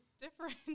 different